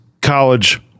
college